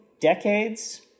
decades